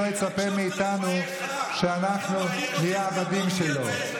שלא יצפה מאיתנו שאנחנו נהיה עבדים שלו.